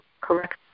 correct